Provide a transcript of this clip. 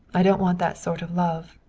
i don't want that sort of love.